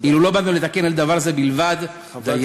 אילו לא באנו לתקן אלא דבר זה בלבד, דיינו.